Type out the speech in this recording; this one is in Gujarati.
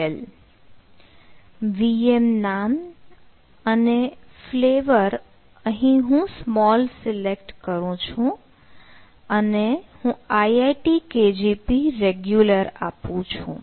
VM નામ અને ફ્લેવર અહીં small સિલેક્ટ કર્યું અને હું IIT KGP regular આપું છું